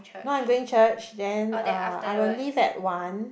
no I'm going church then uh I will leave at one